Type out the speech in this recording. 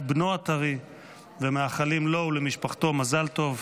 בנו הטרי ומאחלים לו ולמשפחתו מזל טוב,